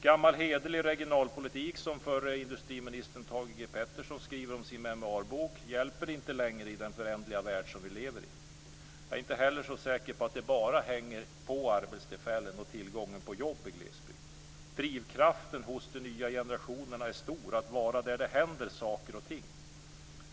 Gammal hederlig regionalpolitik som den förre industriministern Thage G Peterson skriver om i sin memoarbok hjälper inte längre i den föränderliga värld som vi lever i. Jag är inte heller så säker på att det bara hänger på arbetstillfällen och tillgången på jobb i glesbygd. Drivkraften hos de nya generationerna är stor att vara där det händer saker och ting.